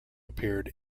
appeared